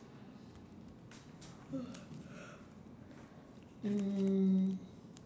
mm